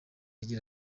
agira